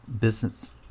Business